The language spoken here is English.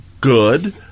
good